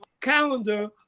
calendar